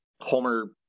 Homer